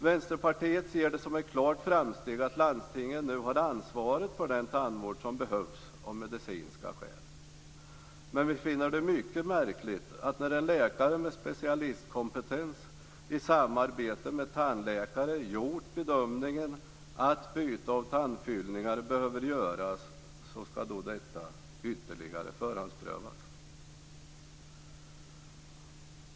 Vänsterpartiet ser det som ett klart framsteg att landstingen nu har ansvaret för den tandvård som behövs av medicinska skäl. Men vi finner det mycket märkligt att när en läkare med specialistkompetens i samarbete med tandläkare gjort bedömningen att byte av tandfyllningar behöver göras ska detta ytterligare förhandsprövas.